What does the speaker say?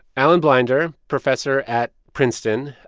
alan blinder, professor at princeton,